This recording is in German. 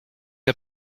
der